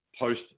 Post